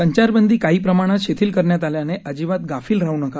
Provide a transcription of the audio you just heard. संचारबंदी काही प्रमाणात शिथिल करण्यात आल्याने अजिबात गाफिल राहु नका